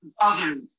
others